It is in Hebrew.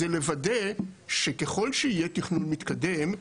זה לוודא שככל שיהיה תכנון מתקדם,